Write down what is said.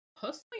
Personally